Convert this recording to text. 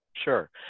Sure